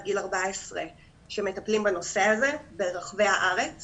גיל 14 שמטפלים בנושא הזה ברחבי הארץ